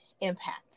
impact